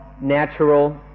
natural